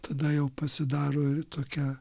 tada jau pasidaro ir tokia